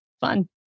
Fun